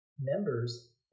members